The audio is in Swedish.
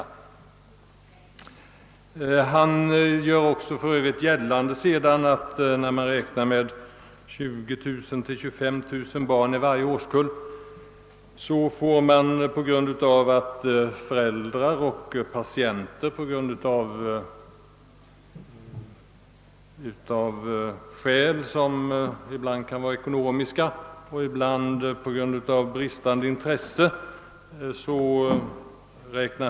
Övertandläkare Linder-Aronson gör för övrigt gällande att när man räknar med att 20 000—25 000 barn inom varje årskull skulle vara i behov av tandregleringsvård, så får man även ta hänsyn till patientens och föräldrarnas ekonomiska möjligheter till behandling samt deras intresse för sådan.